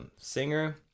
singer